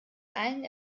allen